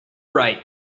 write